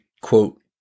quote